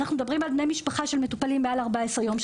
אנחנו מדברים על בני משפחה של מטופלים מעל 14 יום,